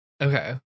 Okay